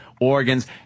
organs